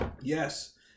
Yes